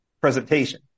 presentation